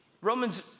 Romans